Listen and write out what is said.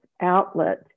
outlet